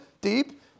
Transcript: deep